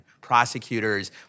prosecutors